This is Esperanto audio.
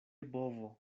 bovo